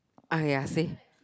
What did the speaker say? okay ya say